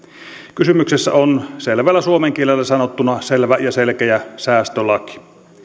kysymyksessä on selvällä suomen kielellä sanottuna selvä ja selkeä säästölaki